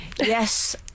Yes